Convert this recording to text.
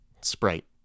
Sprite